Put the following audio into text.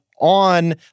On